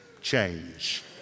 change